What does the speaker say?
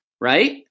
Right